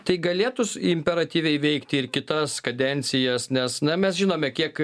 tai galėtų s imperatyviai veikti ir kitas kadencijas nes na mes žinome kiek